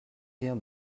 rien